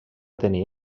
tenir